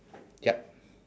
ya